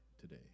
today